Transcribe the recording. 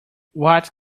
what